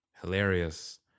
hilarious